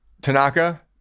Tanaka